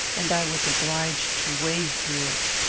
and i was obliged to wade through it.